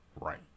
Right